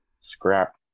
scrap